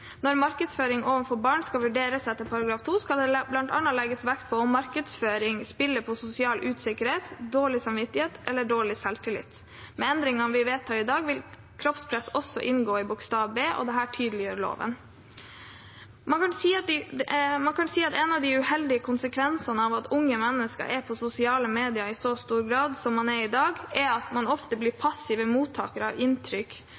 Når markedsføring overfor barn skal vurderes etter § 21, skal det bl.a. legges vekt på om markedsføringen spiller på sosial usikkerhet, dårlig samvittighet eller dårlig selvtillit. Med endringene vi vedtar i dag, vil kroppspress også inngå i § 21 b, og dette tydeliggjør loven. Man kan si at en av de uheldige konsekvensene av at unge mennesker er på sosiale medier i så stor grad som man er i dag, er at man ofte blir passive mottakere av inntrykk,